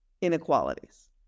inequalities